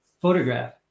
photograph